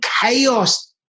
chaos